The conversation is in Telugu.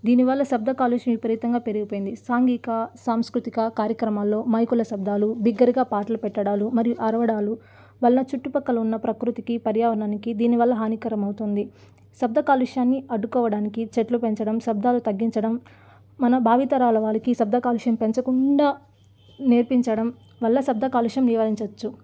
దీని వల్ల శబ్ద కాలుష్యం విపరీతంగా పెరిగిపోయింది సాంఘీక సాంస్కృతిక కార్యక్రమాల్లో మైకుల శబ్దాలు బిగ్గరగా పాటలు పెట్టడాలు మరియు అరవడాలు వల్ల చుట్టు ప్రక్కల ఉన్న ప్రకృతికి పర్యావరణానికి దీని వల్ల హాని కరమవుతుంది శబ్ద కాలుష్యాన్ని అడ్డుకోవడానికి చెట్లు పెంచడం శబ్దాలు తగ్గించడం మన భావితరాల వాళ్ళకి శబ్ద కాలుష్యం పెంచకుండా నేర్పించడం వల్ల శబ్ద కాలుష్యం నివారించవచ్చు